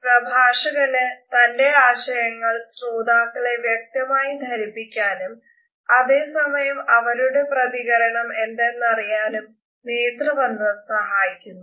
പ്രഭാഷകയ്ക് തന്റെ ആശയങ്ങൾ ശ്രോതാക്കളെ വ്യക്തമായി ധരിപ്പിക്കാനും അതേ സമയം അവരുടെ പ്രതികരണം എന്തെന്നറിയാനും നേത്രബന്ധം സഹായിക്കുന്നു